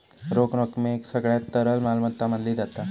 रोख रकमेक सगळ्यात तरल मालमत्ता मानली जाता